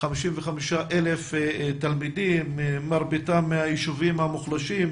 55,000 תלמידים, מרביתם מהיישובים המוחלשים,